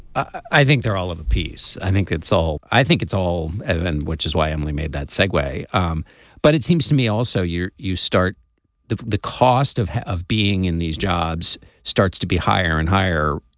i think they're all of a piece. i think that's all. i think it's all and which is why emily made that segway um but it seems to me also you you start the the cost of of being in these jobs starts to be higher and higher.